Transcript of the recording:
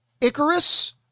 Icarus